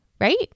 Right